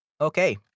Okay